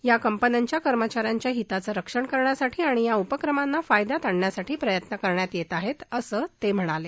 याकंपन्यांच्या कर्मचा यांच्या हिताचं रक्षण करण्यासाठी आणि या उपक्रमांना फायद्यात आणण्यासाठी प्रयत्न करण्यात येत आहेत असं ते म्हणाले